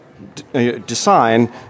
design